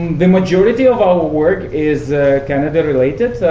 the majority of ah the work is canada-related,